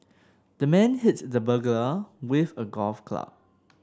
the man hit the burglar with a golf club